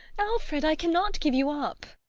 alfred i cannot give you up!